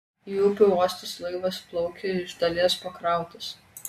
į upių uostus laivas plaukia iš dalies pakrautas